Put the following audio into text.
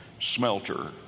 smelter